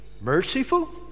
merciful